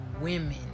women